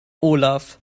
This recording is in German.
olaf